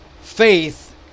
faith